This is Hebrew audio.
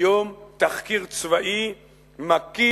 בקיום תחקיר צבאי מקיף,